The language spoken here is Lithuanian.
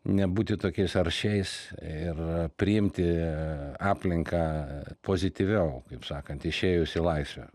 nebūti tokiais aršiais ir priimti aplinką pozityviau kaip sakant išėjus į laisvę